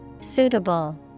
Suitable